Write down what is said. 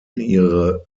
ihre